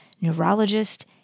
neurologist